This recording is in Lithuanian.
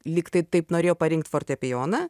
lyg tai taip norėjo parinkt fortepijoną